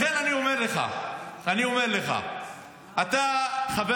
לכן אני אומר לך, אתה חבר